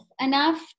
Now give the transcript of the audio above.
enough